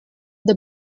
the